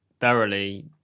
thoroughly